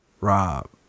Rob